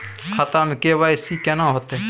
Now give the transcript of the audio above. खाता में के.वाई.सी केना होतै?